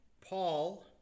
Paul